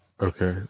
Okay